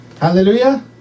hallelujah